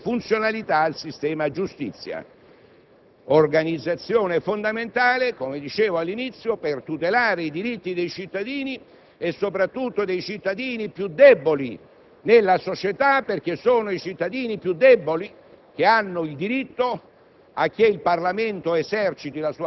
Il dialogo è premessa indispensabile per restituire funzionalità al sistema giustizia». Questa è organizzazione fondamentale, come dicevo all'inizio, per tutelare i diritti dei cittadini e, soprattutto, dei cittadini più deboli nella società. Sono infatti i cittadini più deboli